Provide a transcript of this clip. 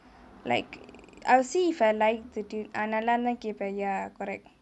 like I'll see if I like the tune அது நல்லாருந்தா கேப்பேன்:athu nallarunthaa keppaen ya correct